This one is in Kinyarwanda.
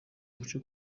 guca